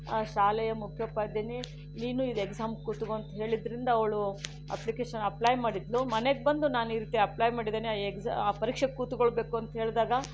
ಶಾಲೆಯ ಮುಖ್ಯೋಪಾಧ್ಯಾಯಿನಿ ನೀನು ಇದು ಎಕ್ಸಾಮ್ ಕೂತ್ಕೊ ಅಂತ ಹೇಳಿದ್ದರಿಂದ ಅವಳು ಅಪ್ಲಿಕೇಶನ್ ಅಪ್ಲೈ ಮಾಡಿದಳು ಮನೆಗೆ ಬಂದು ನಾನು ಈ ರೀತಿ ಅಪ್ಲೈ ಮಾಡಿದ್ದೇನೆ ಆ ಎಕ್ಸ ಪರೀಕ್ಷೆಗೆ ಕೂತ್ಕೊಳ್ಬೇಕು ಅಂತ ಹೇಳಿದಾಗ